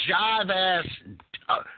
jive-ass